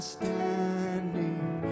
standing